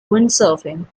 windsurfing